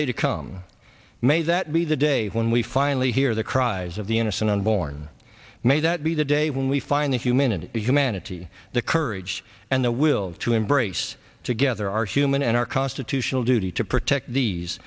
day to come may that be the day when we finally hear the cries of the innocent unborn may that be the day when we find the humanity the humanity the courage and the will to embrace together our human and our constitutional duty to protect these